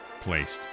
placed